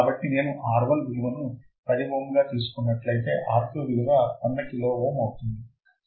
కాబట్టి నేను R1 విలువను ను 10 ఓం గా తీసుకున్నట్లైతే R2 విలువ వంద కిలో ఓం అవుతుంది